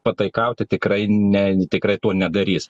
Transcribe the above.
pataikauti tikrai ne tikrai to nedarys